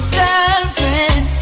girlfriend